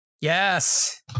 Yes